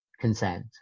consent